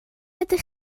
ydych